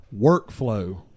workflow